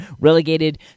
relegated